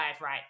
right